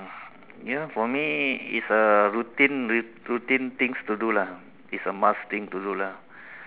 ya for me it's a routine routine things to do lah it's a must thing to do lah